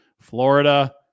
Florida